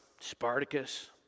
Spartacus